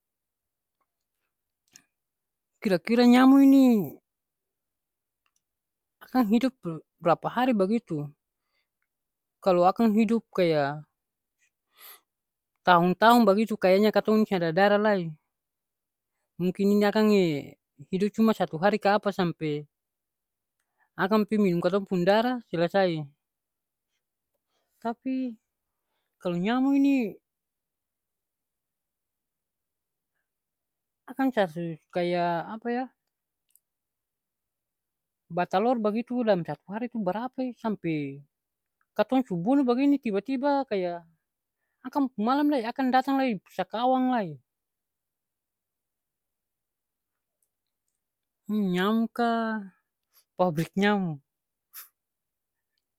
Kira-kira nyamu ini akang hidup brapa hari bagitu. Kalo akang hidup kaya taong-taong bagitu kayanya katong seng ada darah lai. Mungkin ini akang e hidup cuma satu hari ka apa sampe akang pi minum katong pung darah, selesai. Tapi kalo nyamu ini akang cari kaya apa ya, batalor bagitu dalam satu hari tu barapa e sampe katong su bunu bagini tiba-tiba kaya akang pung malam akang datang lai, sakawang lai. nyamu ka, pabrik nyamu.